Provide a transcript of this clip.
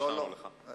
ואישרנו לך.